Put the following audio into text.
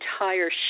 entire